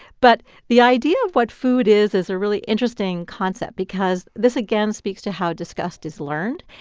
but the idea of what food is is a really interesting concept because this, again, speaks to how disgust is learned.